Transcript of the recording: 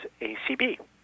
ACB